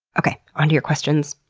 okay. on to your questions.